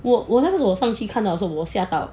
我我那个时候上去看到我吓到